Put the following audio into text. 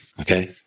okay